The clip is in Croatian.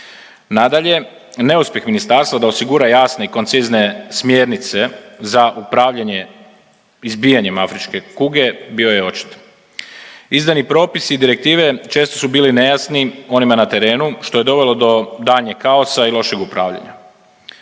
Nadalje neuspjeh ministarstva da osigura jasne i koncizne smjernice za upravljanje izbijanjem afričke kuge bio je očit. Izdani propisi i direktive često su bili nejasni onima na terenu, što je dovelo do daljnjeg kaosa i lošeg upravljanja.